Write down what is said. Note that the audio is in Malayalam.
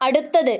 അടുത്തത്